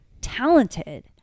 talented